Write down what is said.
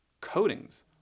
coatings